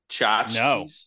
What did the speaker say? no